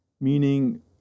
meaning